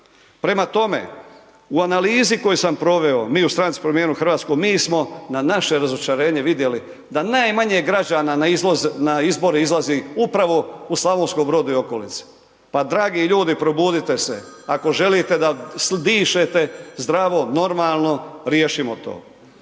Prema tome, u analizi koju sam proveo, mi u stranci Promijenimo Hrvatsku, mi smo na naše razočarenje vidjeli da najmanje građana na izbore izlazi upravo u Slavonskom Brodu i okolici. Pa dragi ljudi, probudite se ako želite da dišete zdravo, normalno, riješimo to.